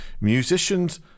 musicians